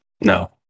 No